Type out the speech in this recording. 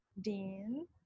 Dean